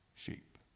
Sheep